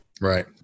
Right